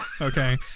Okay